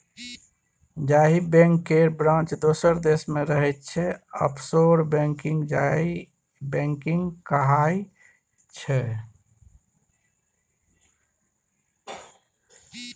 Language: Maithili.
जाहि बैंक केर ब्रांच दोसर देश मे रहय छै आफसोर बैंकिंग कहाइ छै